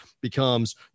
becomes